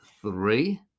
three